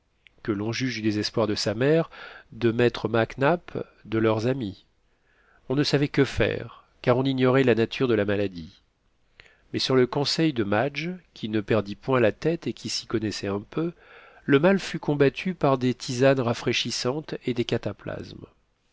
que l'on juge du désespoir de sa mère de maître mac nap de leurs amis on ne savait que faire car on ignorait la nature de la maladie mais sur le conseil de madge qui ne perdit point la tête et qui s'y connaissait un peu le mal fut combattu par des tisanes rafraîchissantes et des cataplasmes